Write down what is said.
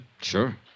Sure